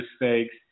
mistakes